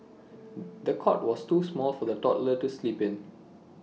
the cot was too small for the toddler to sleep in